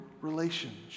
relationship